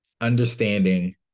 Understanding